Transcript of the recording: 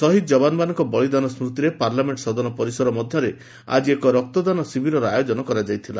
ଶହୀଦ ଯବାନମାନଙ୍କ ବଳିଦାନ ସ୍କୁତିରେ ପାର୍ଲାମେଣ୍ଟ ସଦନ ପରିସର ମଧ୍ୟରେ ଆକି ଏକ ରକ୍ତଦାନ ଶିବିରର ଆୟୋଜନ କରାଯାଇଥିଲା